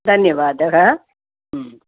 धन्यवादः